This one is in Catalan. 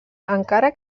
encara